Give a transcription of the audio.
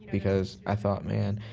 because i thought, man,